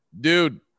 dude